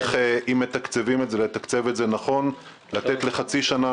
אם מתקצבים, צריך לתקצב את זה נכון, לתת לחצי שנה.